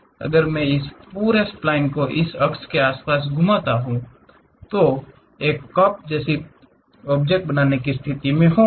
अगर मैं इस पूरे स्प्लइन को इस एक के आसपास घूमता हूं तो मैं एक कप बनाने की स्थिति में रहूंगा